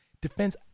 Defense